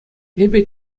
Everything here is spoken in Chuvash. эпӗ